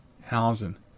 housing